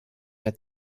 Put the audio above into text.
der